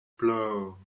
blow